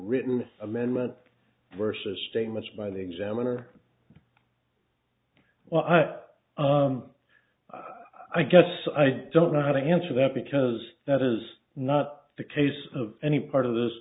written amendment versus statements by the examiner well i i guess i don't know how to answer that because that is not the case of any part of this